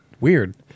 weird